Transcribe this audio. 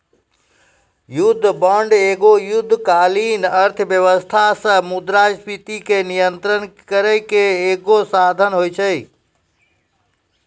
युद्ध बांड एगो युद्धकालीन अर्थव्यवस्था से मुद्रास्फीति के नियंत्रण करै के एगो साधन होय छै